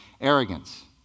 arrogance